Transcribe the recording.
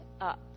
up